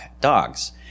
dogs